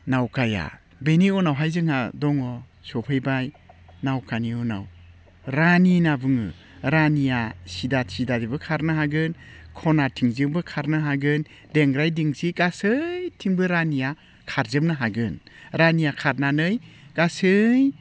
नावखाया बेनि उनावहाय जोंहा दङ सफैबाय नावखानि उनाव रानि होनना बुङो रानिया सिदा सिदाजोंबो खारनो हागोन खनाथिंजोंबो खारनो हागोन देंग्राय दिंसि गासैथिंबो रानिया खारजोबनो हागोन रानिया खारनानै गासै